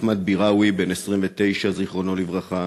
אחמד ביראווי, בן 29, זיכרונו לברכה,